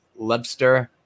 Lebster